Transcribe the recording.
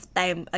time